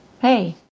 Hey